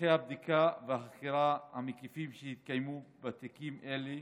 הליכי הבדיקה והחקירה המקיפים שהתקיימו בתיקים אלה,